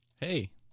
Hey